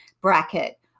bracket